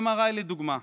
MRI, לדוגמה,